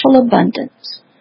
abundance